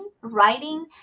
writing